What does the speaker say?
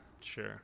sure